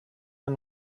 and